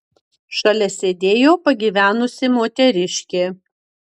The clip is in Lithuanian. šalia sėdėjo pagyvenusi moteriškė